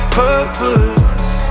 purpose